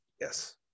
yes